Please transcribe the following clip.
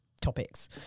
topics